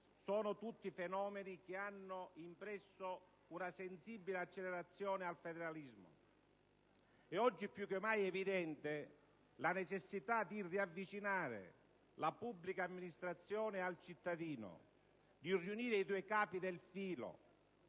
sono tutti fenomeni che hanno impresso una sensibile accelerazione al federalismo. È oggi più che mai evidente la necessità di riavvicinare la pubblica amministrazione al cittadino, di riunire i due capi del filo